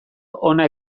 hona